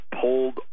pulled